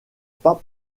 pas